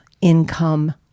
income